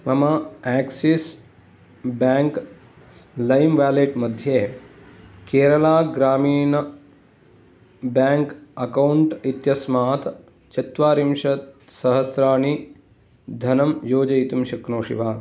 मम Axis bank Lime wallet मध्ये Kerala Gramin bank account इत्यस्मात् चत्वारिंशत्सहस्राणि धनं योजयितुं शक्नोषि वा